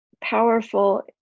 powerful